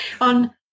on